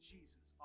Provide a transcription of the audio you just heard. Jesus